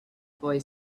boy